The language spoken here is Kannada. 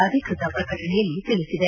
ಅಧಿಕೃತ ಪ್ರಕಟಣೆಯಲ್ಲಿ ತಿಳಿಸಿದೆ